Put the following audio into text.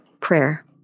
prayer